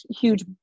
huge